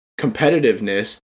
competitiveness